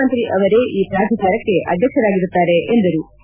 ಮುಖ್ಖಮಂತ್ರಿ ಅವರೇ ಈ ಪ್ರಾಧಿಕಾರಕ್ಕೆ ಅಧ್ಯಕ್ಷರಾಗಿರುತ್ತಾರೆ ಎಂದರು